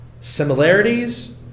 Similarities